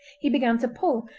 he began to pull,